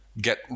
get